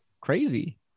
crazy